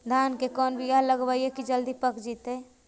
धान के कोन बियाह लगइबै की जल्दी पक जितै?